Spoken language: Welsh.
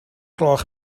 gloch